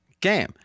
game